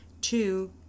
Two